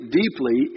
deeply